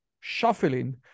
shuffling